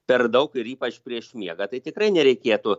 per daug ir ypač prieš miegą tai tikrai nereikėtų